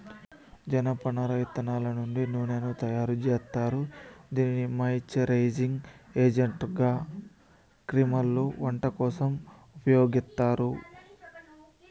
జనపనార ఇత్తనాల నుండి నూనెను తయారు జేత్తారు, దీనిని మాయిశ్చరైజింగ్ ఏజెంట్గా క్రీమ్లలో, వంట కోసం ఉపయోగిత్తారు